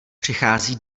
přichází